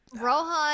Rohan